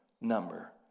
number